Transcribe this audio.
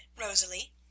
Rosalie